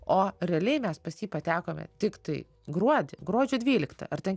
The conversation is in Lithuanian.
o realiai mes pas jį patekome tiktai gruodį gruodžio dvyliktą ar ten